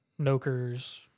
Noker's